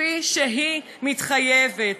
כפי שהיא מתחייבת?